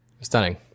Stunning